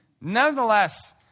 Nonetheless